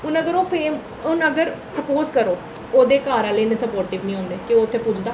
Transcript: हून चलो फेम हून अगर सपोज़ करो ओह्दे घर आह्ले इन्ने सपोर्टिव निं होंदे क्या ओह् उत्थै पुजदा